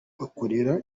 bakorera